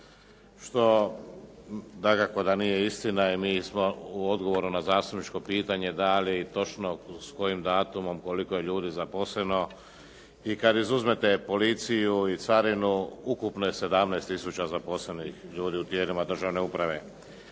što dakako da nije istina i mi smo u odgovoru na zastupničko pitanje dali točno s kojim datumom koliko je ljudi zaposleno i kada izuzmete policiju i carinu ukupno je 17 tisuća zaposlenih ljudi u tijelima države uprave.